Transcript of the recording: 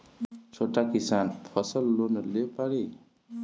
छोटा किसान फसल लोन ले पारी?